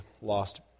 lost